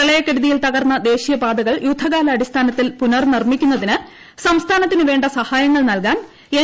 പ്രളയക്കെടുതിയിൽ തകർന്ന ദേശീയപ്പാതകൾ യുദ്ധകാലാടിസ്ഥാനത്തിൽ പുനർനിർമ്മിക്കുന്നതിന് സംസ്ഥാനത്തിന് വേണ്ട സഹായങ്ങൾ നൽകാൻ എൻ